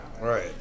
Right